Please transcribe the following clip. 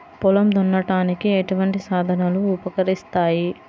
పొలం దున్నడానికి ఎటువంటి సాధనలు ఉపకరిస్తాయి?